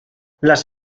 las